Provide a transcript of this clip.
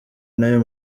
n’ayo